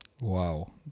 Wow